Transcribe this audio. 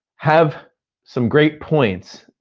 have some great points,